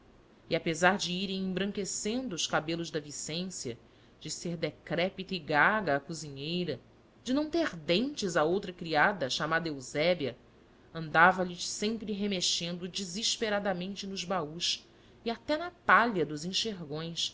e apesar de irem embranquecendo os cabelos da vicência de ser decrépita e gaga a cozinheira de não ter dentes a outra criada chamada eusébia andava lhes sempre remexendo desesperadamente nos baús e até na palha dos enxergões